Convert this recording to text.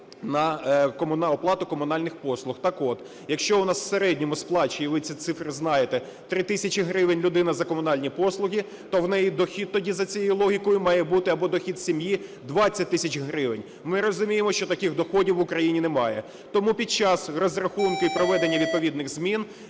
на оплату комунальних послуг. Так от, якщо у нас в середньому сплачує, і ви ці цифри знаєте, 3 тисячі гривень людина за комунальні послуги, то в неї дохід тоді за цією логікою має бути або дохід сім'ї 20 тисяч гривень. Ми розуміємо, що таких доходів в Україні немає. Тому під час розрахунку і проведення відповідних змін